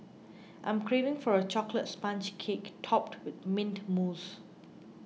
I am craving for a Chocolate Sponge Cake Topped with Mint Mousse